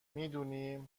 میدونی